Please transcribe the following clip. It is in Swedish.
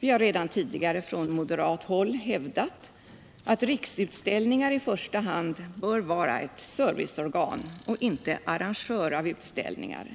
Vi har redan tidigare från moderat håll hävdat att Riksutställningar i första hand bör vara ett serviceorgan och inte arrangör av utställningar.